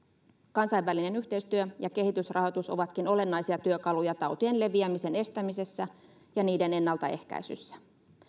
kansainvälinen yhteistyö ja kehitysrahoitus ovatkin olennaisia työkaluja tautien leviämisen estämisessä ja niiden ennaltaehkäisyssä